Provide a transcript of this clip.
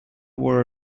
war